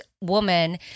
woman